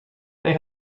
they